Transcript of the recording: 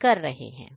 कर रहे हैं